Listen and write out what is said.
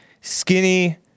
skinny